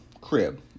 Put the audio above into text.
crib